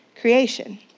Creation